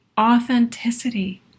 authenticity